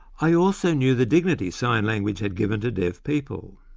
i also knew the dignity sign language had given to deaf people.